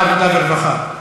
ועדת העבודה והרווחה.